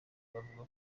bavuga